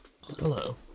Hello